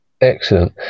Excellent